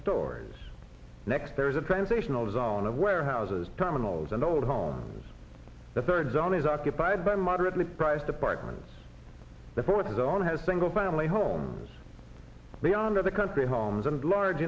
stores next there is a transitional zone of warehouses terminals and old homes the third zone is occupied by moderately priced apartments the fourth zone has single family homes beyond the country homes and large